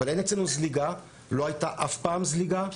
אין אצלנו זליגה, לא הייתה אף פעם זליגה.